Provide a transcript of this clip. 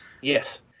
Yes